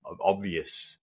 obvious